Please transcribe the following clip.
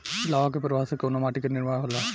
लावा क प्रवाह से कउना माटी क निर्माण होला?